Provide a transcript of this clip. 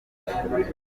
gahunda